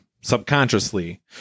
subconsciously